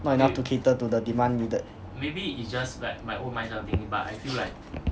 not enough to cater to the demand needed